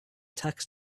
tax